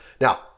Now